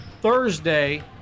Thursday